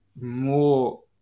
more